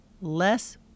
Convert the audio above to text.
less